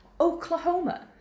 Oklahoma